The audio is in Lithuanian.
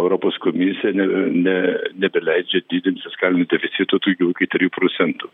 europos komisija ne ne nebeleidžia didint fiskalinio deficito daugiau iki trijų procentų